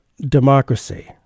democracy